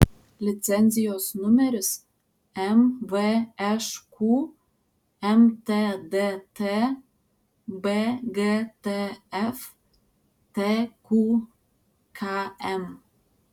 licenzijos numeris mvšq mtdt bgtf tqkm